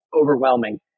overwhelming